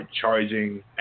charging